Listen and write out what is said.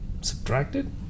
subtracted